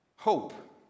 Hope